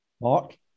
Mark